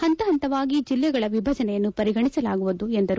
ಹಂತ ಹಂತವಾಗಿ ಜಿಲ್ಲೆಗಳ ವಿಭಜನೆಯನ್ನೂ ಪರಿಗಣಿಸಲಾಗುವುದು ಎಂದರು